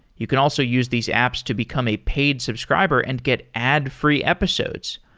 you can also use these apps to become a paid subscriber and get ad-free episodes.